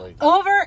Over